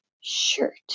shirt